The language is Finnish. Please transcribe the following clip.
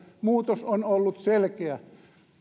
muutos on ollut selkeä